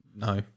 No